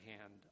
hand